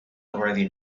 already